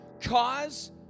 cause